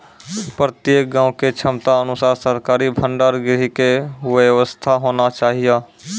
प्रत्येक गाँव के क्षमता अनुसार सरकारी भंडार गृह के व्यवस्था होना चाहिए?